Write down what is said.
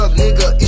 nigga